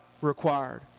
required